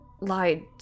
lied